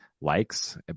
likes